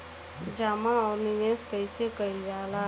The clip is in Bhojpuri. जमा और निवेश कइसे कइल जाला?